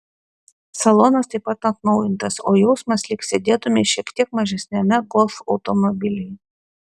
salonas taip pat atnaujintas o jausmas lyg sėdėtumei šiek tiek mažesniame golf automobilyje